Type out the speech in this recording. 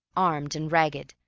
armed, and ragged,